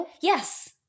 Yes